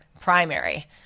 primary